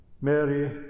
Mary